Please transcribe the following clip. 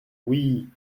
oui